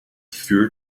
vuur